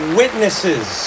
witnesses